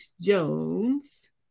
Jones